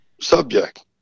subject